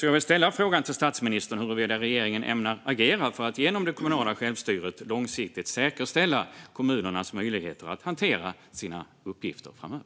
Jag vill ställa frågan till statsministern huruvida regeringen ämnar agera för att genom det kommunala självstyret långsiktigt säkerställa kommunernas möjligheter att hantera sina uppgifter framöver.